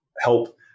help